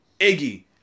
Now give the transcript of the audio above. Iggy